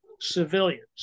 civilians